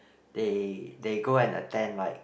they they go and attend like